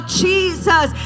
jesus